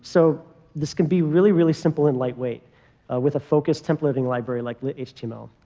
so this can be really, really simple and lightweight with a focused templating library, like lit-html.